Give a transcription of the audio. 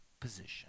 position